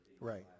Right